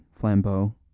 Flambeau